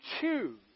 choose